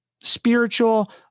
spiritual